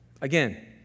again